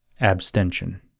abstention